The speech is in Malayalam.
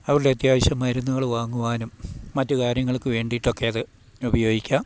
അവരുടെ അത്യാവശ്യ മരുന്നുകൾ വാങ്ങുവാനും മറ്റ് കാര്യങ്ങൾക്ക് വേണ്ടിയിട്ടൊക്കെ അത് ഉപയോഗിക്കാം